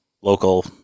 local